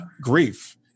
grief